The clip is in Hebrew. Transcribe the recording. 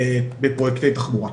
גברת?